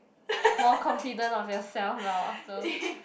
more confident of yourself lor so